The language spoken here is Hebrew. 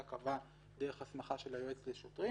קבעה דרך הסמכה של היועץ לשוטרים.